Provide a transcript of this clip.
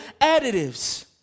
additives